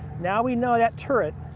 now we know that turret